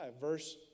verse